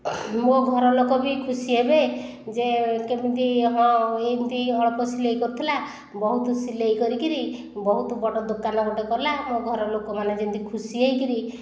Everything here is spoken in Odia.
ମୋ ଘର ଲୋକ ବି ଖୁସି ହେବେ ଯେ କେମିତି ହଁ ଏମତି ଅଳ୍ପ ସିଲେଇ କରୁଥିଲା ବହୁତ ସିଲେଇ କରିକରି ବହୁତ ବଡ଼ ଦୋକାନ ଗୋଟିଏ କଲା ମୋ ଘର ଲୋକମାନେ ଯେମିତି ଖୁସି ହୋଇକରି